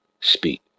Speak